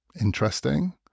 interesting